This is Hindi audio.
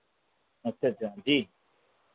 अच्छा अच्छा जी